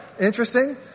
Interesting